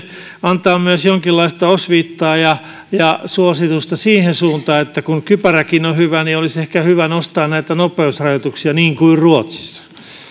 antaa myös jonkinlaista osviittaa ja ja suositusta siihen suuntaan kun kypäräkin on hyvä että olisi ehkä hyvä nostaa näitä nopeusrajoituksia niin kuin ruotsissa